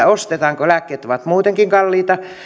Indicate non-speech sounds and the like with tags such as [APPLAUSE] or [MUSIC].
[UNINTELLIGIBLE] ostetaan kun lääkkeet ovat muutenkin kalliita